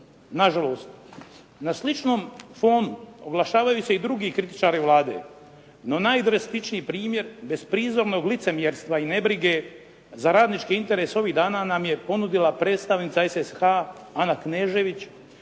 se ne razumije./… oglašavaju se i drugi kritičari Vlade, no najdrastičniji primjer bezprizornog licemjerstva i nebrige za radničke interese ovih dana nam je ponudila predstavnica SSH-a Ana Knežević,